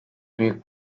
büyük